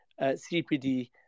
CPD